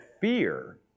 fear